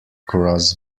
cross